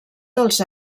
dels